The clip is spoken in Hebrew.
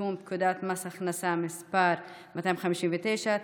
לתיקון פקודת מס הכנסה (מס' 259),